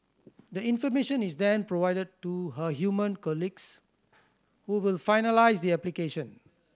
the information is then provided to her human colleagues who will finalise the application